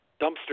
dumpster